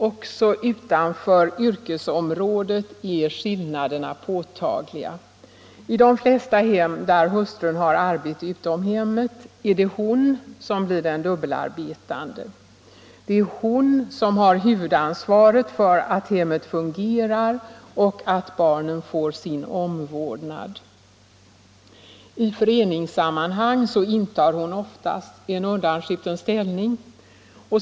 Också utanför yrkesområdet är skillnaderna påtagliga. I de flesta hem där hustrun har arbete utom hemmet är det hon som blir den dubbelarbetande. Det är hon som har huvudansvaret för att hemmet fungerar och att barnen får sin omvårdnad. I föreningssammanhang intar hon oftast en undanskjuten ställnig.